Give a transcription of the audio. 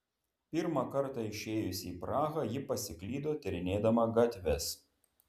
pirmą kartą išėjusi į prahą ji pasiklydo tyrinėdama gatves